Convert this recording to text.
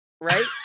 Right